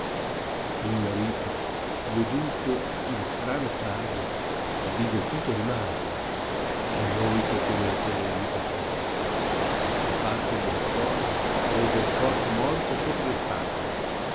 il marito veduto il strano caso sbigottito rimase e molto temette della vita sua e fatto buon core prese il corpo morto sopra le spalle